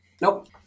Nope